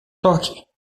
toque